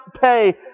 pay